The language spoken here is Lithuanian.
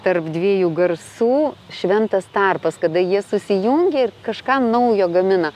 tarp dviejų garsų šventas tarpas kada jie susijungia ir kažką naujo gamina